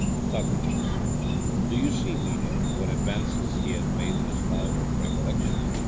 socrates do you see, meno, what advances he has made in his power of recollection?